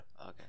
Okay